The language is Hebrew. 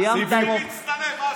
סיימת לענות?